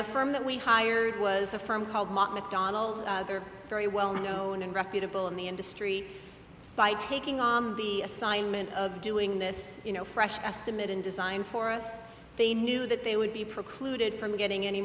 the firm that we hired was a firm called mcdonald's they're very well known and reputable in the industry by taking on the assignment of doing this you know fresh estimate in design for us they knew that they would be precluded from getting any